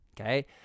Okay